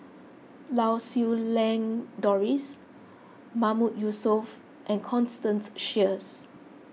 Lau Siew Lang Doris Mahmood Yusof and Constance Sheares